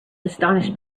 astonished